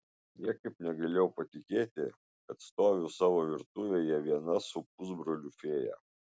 niekaip negalėjau patikėti kad stoviu savo virtuvėje viena su pusbroliu fėja